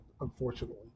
unfortunately